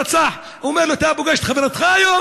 שרצח, הוא אומר לו: אתה פוגש את חברתך היום?